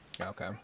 Okay